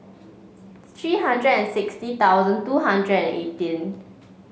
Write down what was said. three hundred and sixty thousand two hundred and eighteen